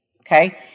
Okay